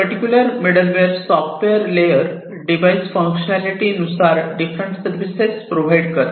particular middleware software layer device functionality नुसार different services provide करते